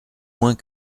moins